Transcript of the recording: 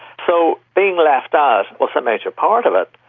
so being left out was a major part of it,